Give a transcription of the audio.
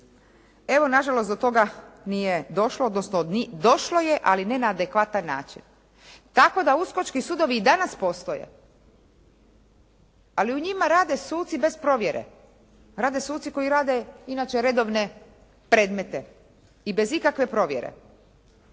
Evo, nažalost do toga nije došlo. Došlo je ali ne na adekvatan način, tako da uskočki sudovi i danas postoje ali u njima rade suci bez provjere, rade suci koji rade inače redovne predmete i bez ikakve provjere.